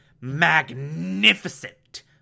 magnificent